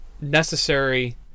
necessary